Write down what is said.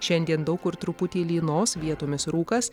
šiandien daug kur truputį lynos vietomis rūkas